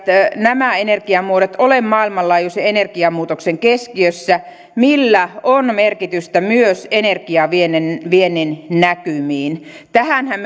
nämä energiamuodot ole maailmanlaajuisen energiamuutoksen keskiössä millä on merkitystä myös energiaviennin näkymiin tähänhän